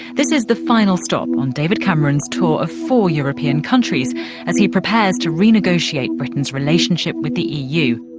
this is the final stop on david cameron's tour of four european countries as he prepares to renegotiate britain's relationship with the eu.